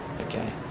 Okay